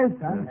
Yes